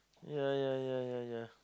ya ya ya ya ya